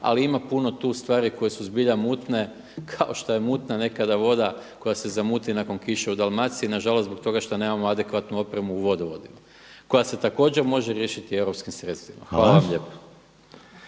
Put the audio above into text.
ali ima puno tu stvari koje su zbilja mutne kao što je mutna nekada voda koja se zamuti nakon kiše u Dalmaciji, nažalost zbog toga što nemamo adekvatnu opremu u vodovodima koja se također može riješiti europskim sredstvima. Hvala vam lijepa.